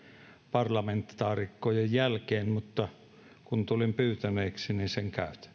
parlamentaarikkojen jälkeen mutta kun tulin pyytäneeksi niin sen käytän